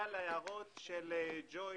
השר